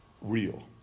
real